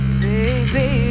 baby